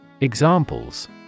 Examples